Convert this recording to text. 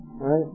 right